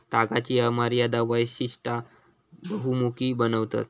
तागाची अमर्याद वैशिष्टा बहुमुखी बनवतत